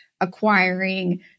acquiring